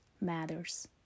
matters